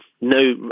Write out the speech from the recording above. no